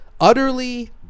Utterly